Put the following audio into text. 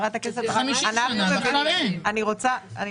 יש לנו עוד הרבה מאוד דברים שאנחנו